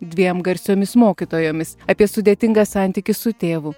dviem garsiomis mokytojomis apie sudėtingą santykį su tėvu